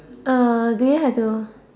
err do we have to